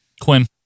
Quinn